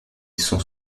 sont